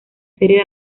serie